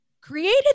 Created